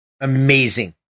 Amazing